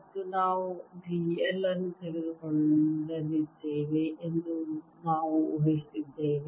ಮತ್ತು ನಾವು d l ಅನ್ನು ತೆಗೆದುಕೊಳ್ಳಲಿದ್ದೇವೆ ಎಂದು ನಾವು ಊಹಿಸಿದ್ದೇವೆ